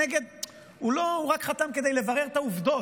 הוא רק חתם כדי לברר את העובדות.